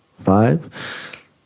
five